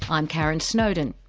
um karon snowdon.